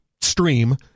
stream